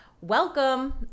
welcome